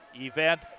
event